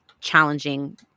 challenging